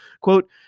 Quote